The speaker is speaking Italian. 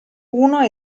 uno